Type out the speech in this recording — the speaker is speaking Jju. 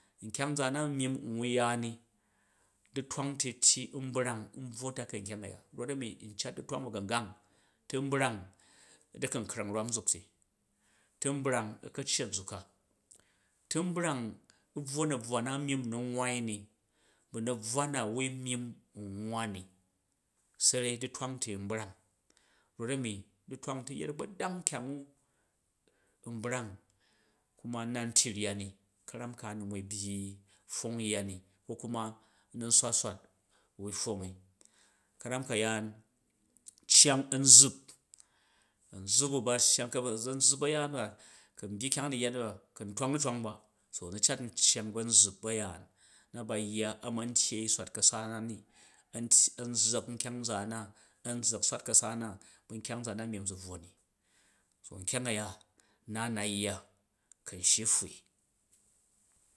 Nkyang nzaan na myim u wui ya ni, du̱twang ti tyi n brang n bvwo takai nkyang a̱ya, rot a̱mi n cat du̱twang ba̱gungang he nbrang u̱ du̱kankrang nwam nzuk ti, tu̱ nbrang u̱ ka̱ccet nzuk ka tu̱ n brang u̱ bvwo na̱bvwa na a̱ myimm n nu̱ nwwai ni bu̱ na̱bvwa na a̱ wui myumm n nwwa ni, sarrai du̱twang ti nbrang rof a̱mi du̱twang ti a̱gbadang nkyanguan brang kuma nna ntyi rya ni ka̱ram ka nnun wui byyi pfong yya au ku ma nswat nswat wui pfong i, ka̱ram ka̱yaan cyang anzvup, a̱nzuup u̱ ba cyang, ka ba̱nzuup ba̱yaan ba kun byyi kyanga unu yyani baka̱n twang du̱twang ba to u̱nucat n cyang ba̱nzuup ba̱yaan a ba yya a̱ man nfyyei swatka̱sa nani, a̱n tyi, a̱n zzak nkyang nzaan na, a̱n zzak swatka̱sa na bu̱ nkyang nzaan na myim zu bvwo ni so nkyang a̱ya ma nna yya kun shyi u̱ pfwui.